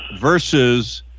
versus